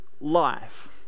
Life